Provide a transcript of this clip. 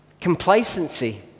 complacency